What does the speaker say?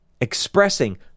expressing